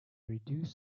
reduce